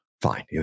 fine